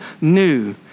new